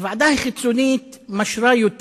הוועדה החיצונית משרה יותר